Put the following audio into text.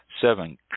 seven